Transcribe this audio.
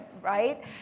right